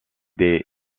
des